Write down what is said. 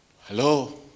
Hello